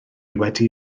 wedi